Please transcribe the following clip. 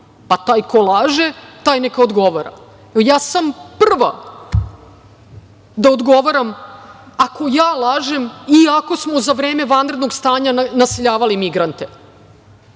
Pa, taj ko laže neka odgovara. Ja sam prva, da odgovaram, ako ja lažem i ako smo za vreme vanrednog stanja naseljavali migrante.